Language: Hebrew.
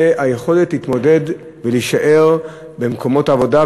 היא ביכולת להתמודד ולהישאר במקומות העבודה,